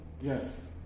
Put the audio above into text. Yes